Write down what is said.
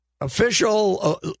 official –